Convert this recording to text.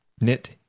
knit